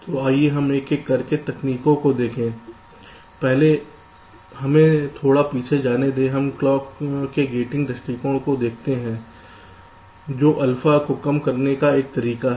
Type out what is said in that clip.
तो आइए हम एक एक करके तरीकों को देखें पहले हमें थोड़ा पीछे जाने दें हम क्लॉक के गेटिंग दृष्टिकोण को देखते हैं जो अल्फा को कम करने का एक तरीका है